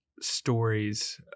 stories